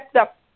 up